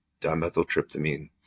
dimethyltryptamine